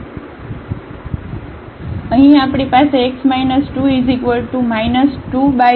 તેથી અહીં આપણી પાસે x 2 21λ છે